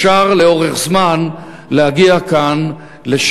שבה אפשר לאורך זמן להגיע לשלום,